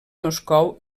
moscou